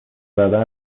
زدن